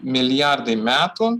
milijardai metų